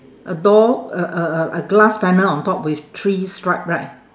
a door a a a a glass panel on top with three stripe right